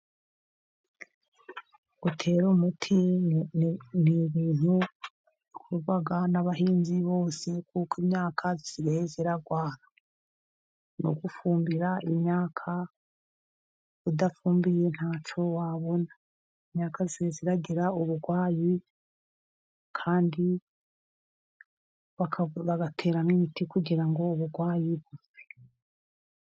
Gutera umuti n'ibintu bikorwa n'abahinzi bose, kuko imyaka isigaye irarwara, no gufumbira imyaka udafumbiye ntacyo wabona, imyaka isigaye igira uburwayi, kandi bagateramo imiti kugira ngo uburwayi.